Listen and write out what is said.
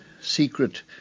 secret